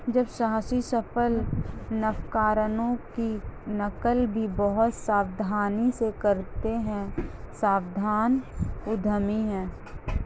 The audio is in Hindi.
जब साहसी सफल नवकरणों की नकल भी बहुत सावधानी से करता है सावधान उद्यमी है